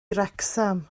wrecsam